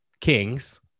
kings